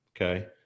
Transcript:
Okay